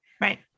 Right